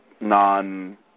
non